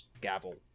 Gavel